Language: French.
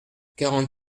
quarante